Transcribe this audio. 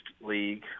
league